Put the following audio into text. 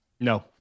No